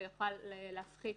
והוא יוכל להפחית